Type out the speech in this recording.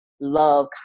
love